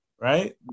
right